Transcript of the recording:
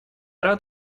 рад